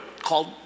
called